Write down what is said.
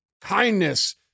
kindness